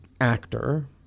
actor